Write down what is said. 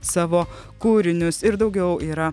savo kūrinius ir daugiau yra